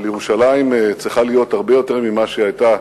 אבל ירושלים צריכה להיות הרבה יותר ממה שהיא היתה,